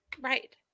Right